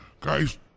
guys